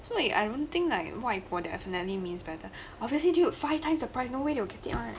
所以 I don't think like 外国 definitely means better obviously do it five times of the price sure they will take it [one]